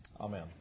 Amen